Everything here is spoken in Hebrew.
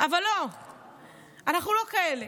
אבל אנחנו לא כאלה,